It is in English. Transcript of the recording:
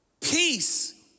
Peace